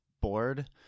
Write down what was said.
board